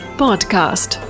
podcast